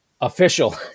official